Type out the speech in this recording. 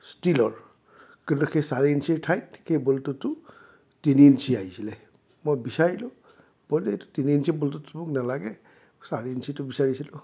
ষ্টিলৰ কিন্তু সেই চাৰি ইঞ্চিৰ ঠাইত সেই বল্টোটো তিনি ইঞ্চি আহিছিল মই বিচাৰিলোঁ বল্টোটো এই তিনি ইঞ্চি বল্টোটো মোক নেলাগে চাৰি ইঞ্চিটো বিচাৰিছিলোঁ